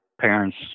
parents